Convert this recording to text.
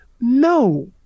No